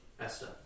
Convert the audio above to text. Esther